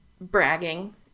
bragging